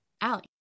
Allie